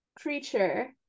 creature